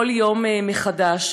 כל יום מחדש,